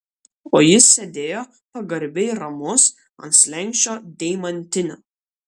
o jis sėdėjo pagarbiai ramus ant slenksčio deimantinio